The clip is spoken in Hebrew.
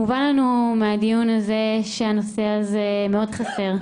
מובן לנו, מהדיון הזה, שהנושא הזה מאוד חסר.